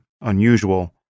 unusual